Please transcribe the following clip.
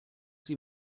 sie